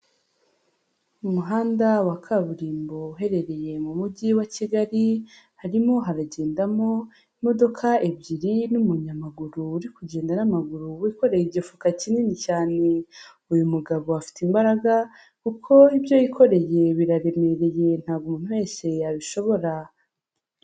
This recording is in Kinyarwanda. Mu muhanda wa kaburimbo uherereye mu mujyi wa kigali, harimo haragendamo imodoka ebyiri n'umunyamaguru uri kugenda n'amaguru wikoreye igifuka kinini cyane. uyu mugabo afite imbaraga kuko ibyo yikoreye biraremereye ntabwo umuntu wese yabishobora.